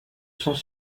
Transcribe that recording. sans